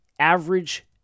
Average